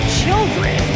children